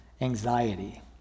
anxiety